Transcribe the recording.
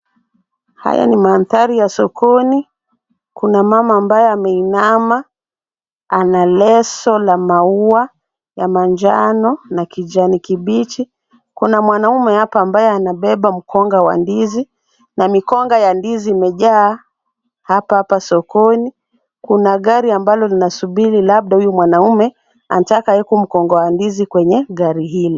Haya ni mandhari ya sokoni. Kuna mama ambaye ameinama, ana leso la maua ya manjano na kijani kibichi. Kuna mwanamume hapa ambaye anabeba mkonga wa ndizi na mikonga ya ndizi imejaa hapa hapa sokoni. Kuna gari ambalo linasubiri, labda huyo mwanamume anataka aeke huo mkonga wa ndizi kwenye gari hilo.